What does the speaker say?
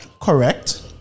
correct